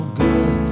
good